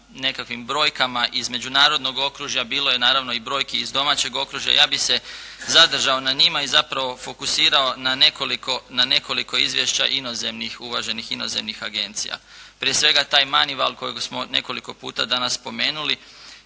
nekakvim brojkama iz međunarodnog okružja, bilo je naravno i brojki iz domaćeg okružja. Ja bih se zadržao na njima i zapravo fokusirao na nekoliko izvješća inozemnih, uvaženih inozemnih agencija. Prije svega taj "Manival" kojega smo nekoliko puta danas spomenuli,